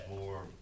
more